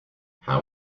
how